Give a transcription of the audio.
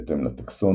בהתאם לטקסון,